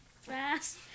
fast